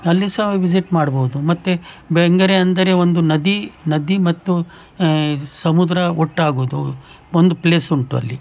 ಅಲ್ಲಿ ಸಹ ವಿಸಿಟ್ ಮಾಡ್ಬೋದು ಮತ್ತೆ ಬೆಂಗರೆ ಅಂದರೆ ಒಂದು ನದಿ ನದಿ ಮತ್ತು ಈ ಸಮುದ್ರ ಒಟ್ಟಾಗೋದು ಒಂದು ಪ್ಲೇಸ್ ಉಂಟು ಅಲ್ಲಿ